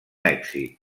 èxit